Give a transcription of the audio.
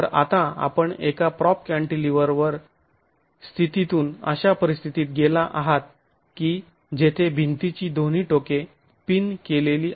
तर आता आपण एका प्राॅप कँटीलिवर स्थितीतून अशा परिस्थितीत गेला आहात की जेथे भिंतीची दोन्ही टोके पिन केलेली आहेत